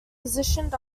positioned